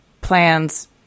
plans